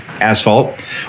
asphalt